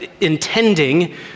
intending